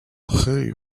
hail